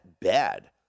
bad